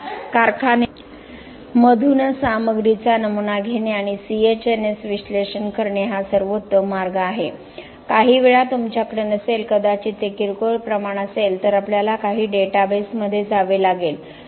म्हणून कारखान्यामधूनच सामग्रीचा नमुना घेणे आणि CHNS विश्लेषण करणे हा सर्वोत्तम मार्ग आहे काहीवेळा तुमच्याकडे नसेल कदाचित ते किरकोळ प्रमाण असेल तर आपल्याला काही डेटाबेसमध्ये जावे लागेल